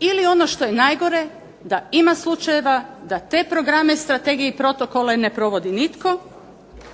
Ili ono što je najgore, da ima slučajeva da te programe, strategije i protokole ne provodi nitko